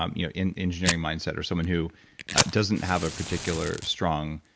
um you know, in engineering mindset, or someone who doesn't have a particular strong,